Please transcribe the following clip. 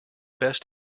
best